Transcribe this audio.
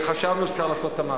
חשבנו שצריך לעשות את המעשה.